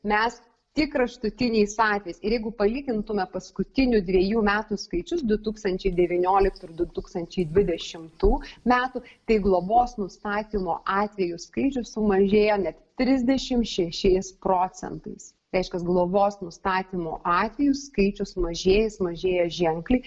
mes tik kraštutiniais atvejais ir jeigu palygintume paskutinių dvejų metų skaičius du tūkstančiai devynioliktų ir du tūkstančiai dvidešimtų metų tai globos nustatymo atvejų skaičius sumažėjo net trisdešimt šešiais procentais reiškias globos nustatymo atvejų skaičius mažėja jis mažėja ženkliai